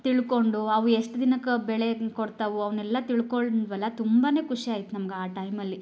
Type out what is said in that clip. ತಿಳ್ಕೊಂಡು ಅವು ಎಷ್ಟು ದಿನಕ್ಕೆ ಬೆಳೆ ಕೊಡ್ತಾವು ಅವ್ನೆಲ್ಲ ತಿಳ್ಕೊಂಡ್ವಲ್ಲ ತುಂಬನೇ ಖುಷಿ ಆಯ್ತು ನಮ್ಗೆ ಆ ಟೈಮಲ್ಲಿ